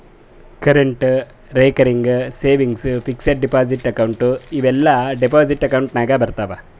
current, recurring, savings, fixed deposit account ಇವೂ ಎಲ್ಲಾ deposit account ನಾಗ್ ಬರ್ತಾವ್